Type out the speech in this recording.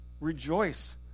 Rejoice